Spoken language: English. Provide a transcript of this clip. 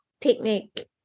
picnic